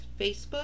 Facebook